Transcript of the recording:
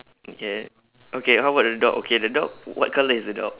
okay okay how about the dog okay the dog w~ what colour is the dog